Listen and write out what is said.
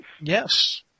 Yes